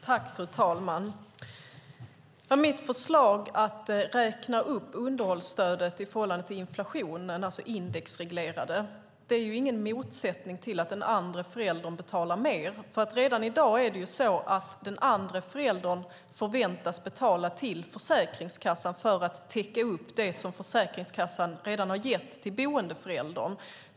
Fru talman! Mitt förslag att räkna upp underhållsstödet i förhållande till inflationen, alltså att indexreglera det, är ingen motsättning till att den andre föräldern betalar mer. Redan i dag är det så att den andre föräldern förväntas betala till Försäkringskassan för att täcka upp det som Försäkringskassan redan har gett till boendeföräldern.